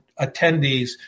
attendees